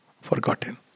forgotten